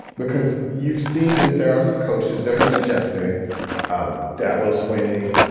because you've seen that there are some coaches there are suggesting um dabo swinney,